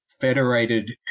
federated